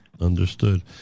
understood